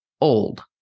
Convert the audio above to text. old